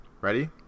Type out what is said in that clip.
Ready